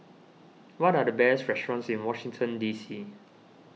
what are the best restaurants in Washington D C